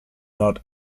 not